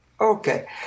okay